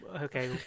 Okay